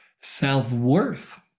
self-worth